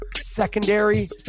secondary